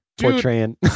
portraying